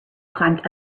climbed